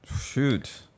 Shoot